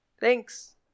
Thanks